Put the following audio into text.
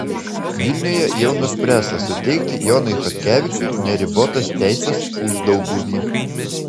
vilniuje jau nuspręsta suteikti jonui chodkevičiui neribotas teises uždauguvy